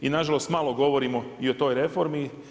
I nažalost malo govorimo i o toj reformi.